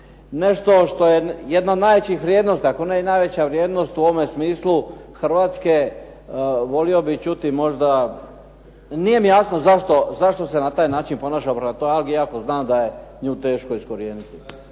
nešto što je jedna od najvećih vrijednosti, ako ne i najveća vrijednost u ovome smislu Hrvatske, volio bih čuti možda, nije mi jasno zašto se na taj način ponaša prema toj algi, iako znam da je nju teško iskorijeniti.